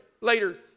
later